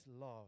love